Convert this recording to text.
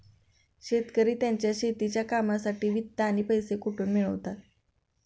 शेतकरी त्यांच्या शेतीच्या कामांसाठी वित्त किंवा पैसा कुठून मिळवतात?